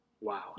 Wow